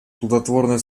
плодотворное